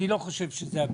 אני לא חושב שזה הפתרון.